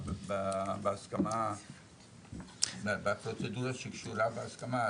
בהסכמה ובפרוצדורות שקשורות בהסכמה הזו.